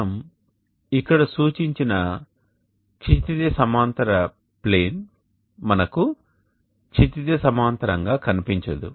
మనం ఇక్కడ సూచించిన క్షితిజ సమాంతర ప్లేన్ మనకు క్షితిజ సమాంతరంగా కనిపించదు